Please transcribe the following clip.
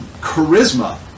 charisma